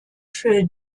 für